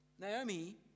Naomi